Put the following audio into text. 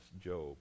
Job